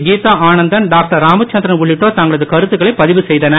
Geetha Anandan doctor Ramachandran உள்ளிட்டோர் தங்களது கருத்துக்களை பதிவு செய்தனர்